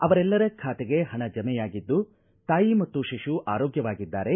ಅವರೆಲ್ಲರ ಖಾತೆಗೆ ಪಣ ಜಮೆಯಾಗಿದ್ದು ತಾಯಿ ಮತ್ತು ಶಿಶು ಆರೋಗ್ಯವಾಗಿದ್ದಾರೆ